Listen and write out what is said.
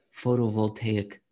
photovoltaic